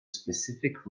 specific